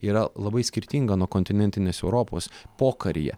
yra labai skirtinga nuo kontinentinės europos pokaryje